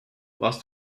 warst